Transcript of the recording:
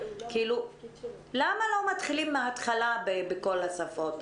למה לא מתחילים מההתחלה בכל השפות?